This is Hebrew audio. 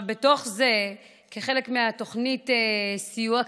בתוך זה, כחלק מתוכנית הסיוע הכלכלי,